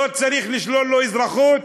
לא צריך לשלול לו אזרחות?